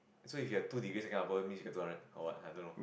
so if you have two degree second upper means you get two hundred or what I don't know